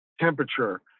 temperature